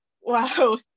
wow